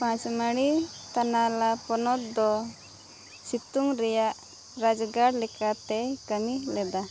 ᱯᱟᱸᱪᱢᱟᱲᱤ ᱛᱟᱱᱟᱞᱟ ᱯᱚᱱᱚᱛ ᱫᱚ ᱥᱤᱛᱩᱝ ᱨᱮᱱᱟᱜ ᱨᱟᱡᱽᱜᱟᱲ ᱞᱮᱠᱟᱛᱮᱭ ᱠᱟᱹᱢᱤ ᱞᱮᱫᱟ